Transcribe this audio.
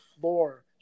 floor